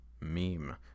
meme